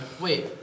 Wait